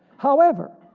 however,